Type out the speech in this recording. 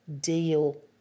deal